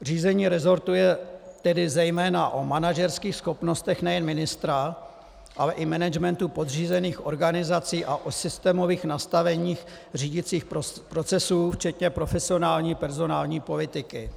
Řízení resortu je tedy zejména o manažerských schopnostech nejen ministra, ale i managementu podřízených organizací a o systémových nastaveních řídicích procesů včetně profesionální personální politiky.